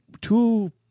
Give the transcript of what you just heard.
Two